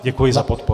Děkuji za podporu.